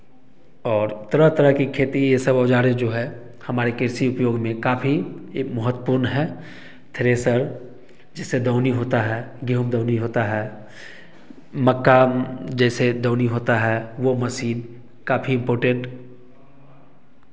और तरह तरह की खेती यह सब औजार जो हैं हमारे कृषि उपयोग में काफ़ी एक महत्वपूर्ण है थ्रेसर जिससे दौनी होता है गेहूँ दौनी होता है मक्का जैसे दौनी होता है वह मशीन काफ़ी इम्पोर्टेंट